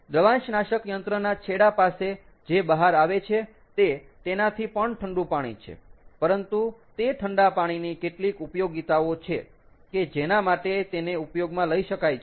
દ્રવાંશનાશક યંત્રના છેડા પાસે જે બહાર આવે છે તે તેનાથી પણ ઠંડું પાણી છે પરંતુ તે ઠંડા પાણીની કેટલીક ઉપયોગીતાઓ છે કે જેના માટે તેને ઉપયોગમાં લઇ શકાય છે